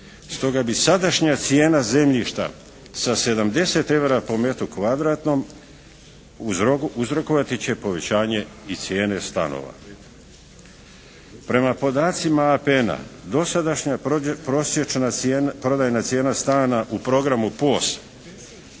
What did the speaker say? Stoga bi sadašnja cijena zemljišta sa 70 eura po metru kvadratnom uzrokovati će povećanje i cijene stanova. Prema podacima APN-a dosadašnja prosječna cijena, prodajna